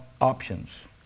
options